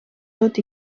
tot